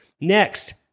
Next